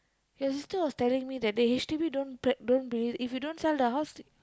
your sister was telling me that day H_D_B don't don't if you don't sell the house